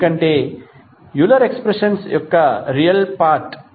ఎందుకంటే ఇది Euler expression యొక్క రియల్ పార్ట్